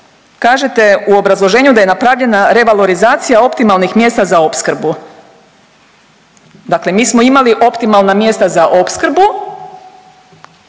Kažete u obrazloženju da je napravljena revalorizacija optimalnih mjesta za opskrbu. Dakle, mi smo imali optimalna mjesta za opskrbu